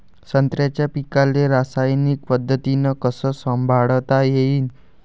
संत्र्याच्या पीकाले रासायनिक पद्धतीनं कस संभाळता येईन?